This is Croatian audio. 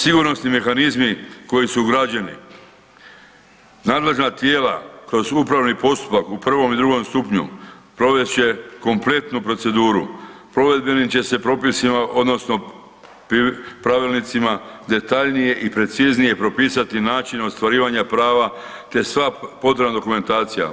Sigurnosni mehanizmi koji su ugrađeni, nadležna tijela kroz upravni postupak u prvom i drugom stupnju provest će kompletnu proceduru, provedbenim će se propisima, odnosno pravilnicima detaljnije i preciznije propisani način ostvarivanja prava te sva potrebna dokumentacija.